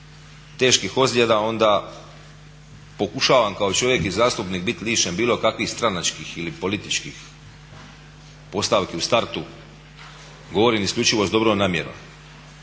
teških ozljeda onda pokušavam kao čovjek i zastupnik biti lišen bilo kakvih stranačkih ili političkih postavki u startu. Govorim isključivo s dobrom namjerom.